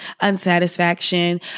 unsatisfaction